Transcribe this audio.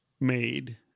made